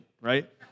right